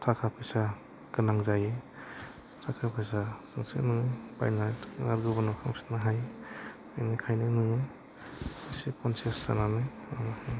थाखा फैसा गोनां जायो थाखा फैसाजोंसो नोङो बायना गुबुननो फानफिननो हायो बेनिखायनो नोङो एसे खनसियास जानानै